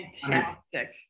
fantastic